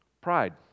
Pride